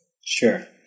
Sure